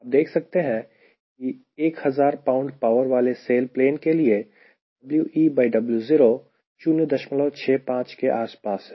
आप देख सकते हैं कि 1000 pound पावर वाले सेल प्लेन के लिए WeWo 065 के आसपास है